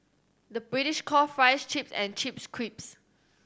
the British calls fries chips and chips crisps